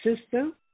system